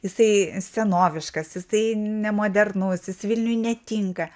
jisai senoviškas jisai nemodernus jis vilniui netinka